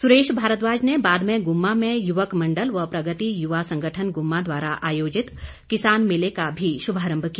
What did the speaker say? सुरेश भारद्वाज ने बाद में गुम्मा में युवक मंडल व प्रगति युवा संगठन गुम्मा द्वारा आयोजित किसान मेले का भी शुभारंभ किया